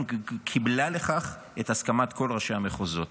אם קיבלה לכך את הסכמת כל ראשי המחוזות.